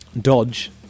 Dodge